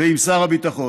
ועם שר הביטחון.